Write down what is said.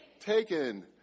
Taken